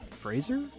Fraser